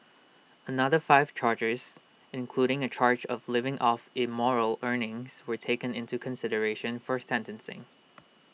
another five charges including A charge of living off immoral earnings were taken into consideration for sentencing